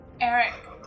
Eric